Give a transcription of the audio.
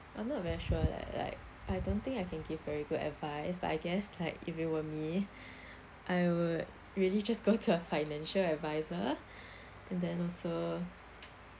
I'm not very sure leh like I don't think I can give very good advice but I guess like if you were me I would really just go to a financial advisor and then also